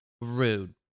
Rude